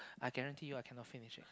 I guarantee you I cannot finish it